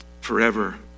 forever